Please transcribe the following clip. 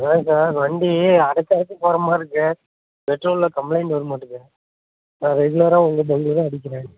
அதாங்க சார் வண்டி அடைச்சு அடைச்சு போகிற மாதிரி இருக்குது பெட்ரோலில் கம்ப்ளைண்ட் வருமாட்ருக்கு நான் ரெகுலராக உங்கள் பங்கில் தான் அடிக்கிறேன்